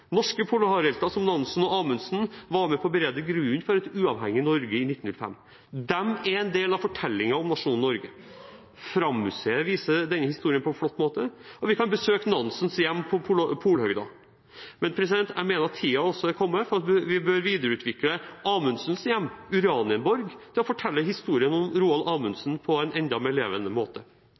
Norske polarhelter som Nansen og Amundsen var med på å berede grunnen for et uavhengig Norge i 1905. De er en del av fortellingen om nasjonen Norge. Frammuseet viser denne historien på en flott måte, og vi kan besøke Nansens hjem på Polhøgda. Jeg mener tiden er kommet for at man også bør videreutvikle Amundsens hjem, Uranienborg, for å fortelle historien om Roald Amundsen på en enda mer levende måte.